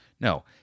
No